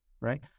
right